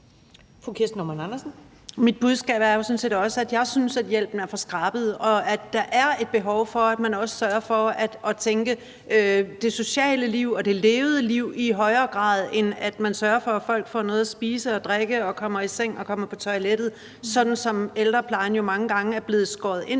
at jeg synes, hjælpen er for skrabet, og at der er et behov for, at man også sørger for at tænke det sociale liv og det levede liv i højere grad, end at man sørger for, at folk får noget at spise og drikke og kommer i seng og kommer på toilettet, sådan som ældreplejen jo mange gange er blevet skåret ind